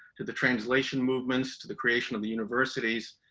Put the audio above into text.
to the translation movements, to the creation of the universities,